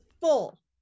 full